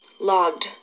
Logged